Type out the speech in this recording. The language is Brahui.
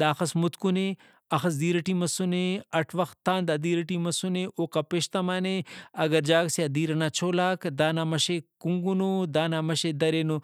دا اخس مُتکنے اخس دِیر ٹی مسُنے اٹ وختان دا دِیر ٹی مسُنے اوکا پیشتمانے اگر جاگہ سے آ دیر ئنا چولہ غاک دانا مَش ئے کُنگنو دانا مش ئے درینو